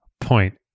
point